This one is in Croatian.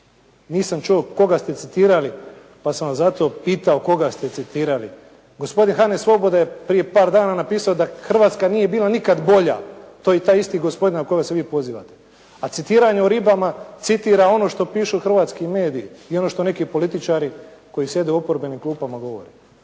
nisam čuo koga ste citirali, pa sam vas zato pitao koga ste citirali. Gospodin Hane Svoboda je prije par dana napisao da Hrvatska nije bila nikad bolja. To je taj isti gospodin na kojega se vi pozivate. A citiranje o ribama citira ono što pišu hrvatski mediji i ono što neki političari koji sjede u oporbenim klupama govori.